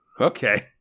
okay